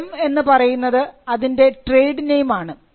gem എന്ന് പറയുന്നത് അതിൻറെ ട്രേഡ് നെയിം ആണ്